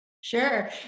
Sure